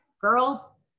girl